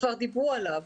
כבר דיברו עליו.